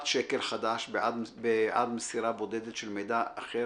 1 שקל חדש בעד מסירה בודדת של מידע אחר